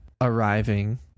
arriving